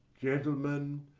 gentlemen,